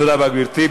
תודה רבה, גברתי.